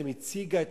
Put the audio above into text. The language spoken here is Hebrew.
הציגה את